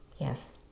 Yes